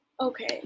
Okay